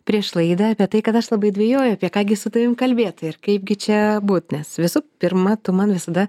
prieš laidą apie tai kad aš labai dvejoju apie ką gi su tavim kalbėt ir kaipgi čia būt nes visų pirma tu man visada